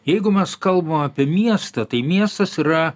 jeigu mes kalbam apie miestą tai miestas yra